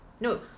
No